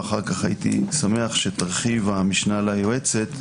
ואחר כך הייתי שמח שתרחיב המשנה ליועצת,